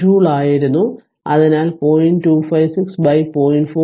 4 joule ആയിരുന്നു അതിനാൽ 0